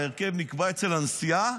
ההרכב נקבע אצל הנשיאה,